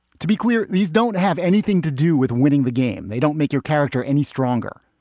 to be clear, these don't have anything to do with winning the game. they don't make your character any stronger.